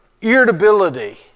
irritability